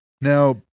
Now